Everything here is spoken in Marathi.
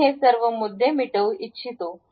मी हे सर्व मुद्दे मिटवू इच्छितो